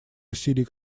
усилий